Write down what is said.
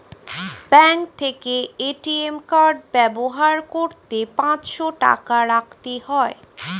bank থেকে ATM card ব্যবহার করতে পাঁচশো টাকা রাখতে হয়